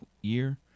year